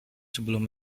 sebelum